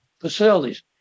facilities